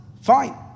Fine